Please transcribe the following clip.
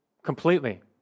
Completely